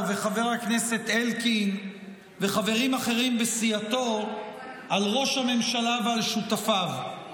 וחבר הכנסת אלקין וחברים אחרים בסיעתו על ראש הממשלה ועל שותפיו.